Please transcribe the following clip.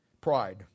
Pride